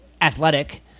athletic